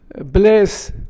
bless